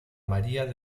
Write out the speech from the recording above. maría